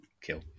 kill